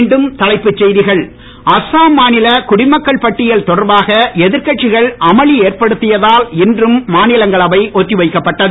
மீண்டும் தலைப்புச் செய்திகள் அஸ்ஸாம் மாநில குடிமக்கள் பட்டியல்தொடர்பாக எதிர்கட்சிகள் அமளி ஏற்படுத்தியதால் இன்றும் மாநிலங்களவை ஒத்திவைக்கப்பட்டது